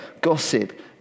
gossip